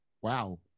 Wow